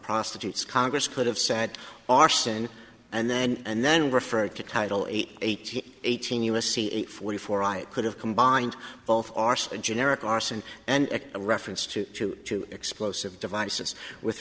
prostitutes congress could have said arson and then and then referred to title eighteen eighteen u s c eight forty four i could have combined both a generic arson and a reference to two explosive devices with